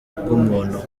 bw’umuntu